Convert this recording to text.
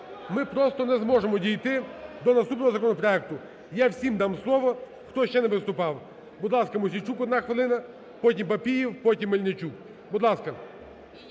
ми просто не зможемо дійти до наступного законопроекту. Я всім дам слово, хто ще не виступав. Будь ласка, Мосійчук, одна хвилина, потім Папієв, потім Мельничук. Будь ласка.